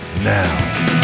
now